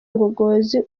ngogozi